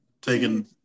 taking